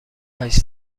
هشت